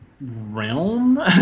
realm